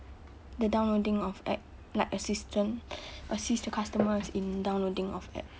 the downloading of app like assistant assist the customers in downloading of app